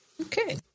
Okay